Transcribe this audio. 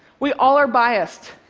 we all are biased.